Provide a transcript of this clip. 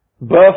birth